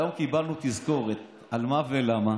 היום קיבלנו תזכורת על מה ולמה.